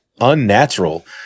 unnatural